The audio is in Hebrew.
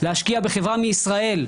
להשקיע בחברה מישראל,